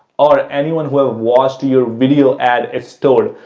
or anyone who ah watched your video ad is stored.